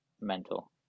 mental